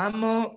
Amo